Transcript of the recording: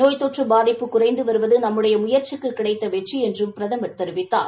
நோய் தொற்று பாதிப்பு குறைந்து வருவது நம்முடைய முயற்சிக்கு கிடைத்த வெற்றி என்றும் பிரதமர் தெரிவித்தார்